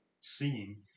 seeing